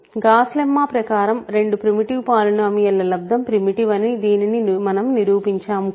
gas lemma ప్రకారం రెండు primitive polynomial ల లబ్దం ప్రిమిటివ్ అని దీనిని మనం నిరూపించాము కూడా